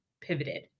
pivoted